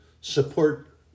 support